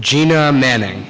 gina manning